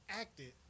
acted